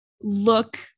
look